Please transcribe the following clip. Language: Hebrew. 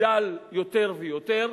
יגדל יותר ויותר,